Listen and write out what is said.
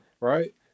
Right